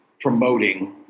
promoting